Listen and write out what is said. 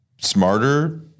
Smarter